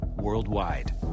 worldwide